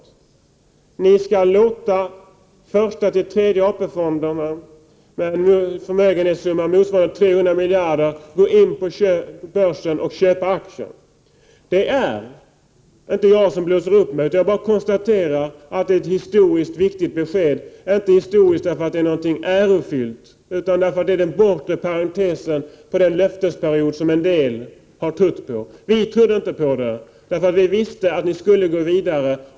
Socialdemokraterna skall låta den första till den tredje AP-fonden med en förmögenhetssumma motsvarande 300 miljarder gå in på börsen och köpa aktier. Det är inte jag som blåser upp mig, utan jag bara konstaterar att det är ett historiskt viktigt besked, inte på grund av att det är något ärofyllt, utan på grund av att det är den bortre parentesen på den löftesperiod som en del har trott på. Vi moderater trodde inte på den, eftersom vi visste att socialdemokraterna skulle gå vidare.